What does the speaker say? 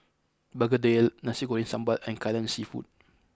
Begedil Nasi Goreng Sambal and Kai Lan seafood